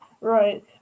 Right